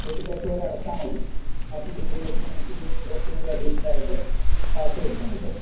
thirty lakhs വരെ അടച്ചാൽ മതി ബാക്കി ട്വൻ്റി ലാഖ്സ് നമുക്കിതിൻ്റെ ഇൻ്ററെസ്റ്റ് കൂടി അഡിഷനലായിട്ട് നമുക്ക് റിട്ടേൺ കിട്ടും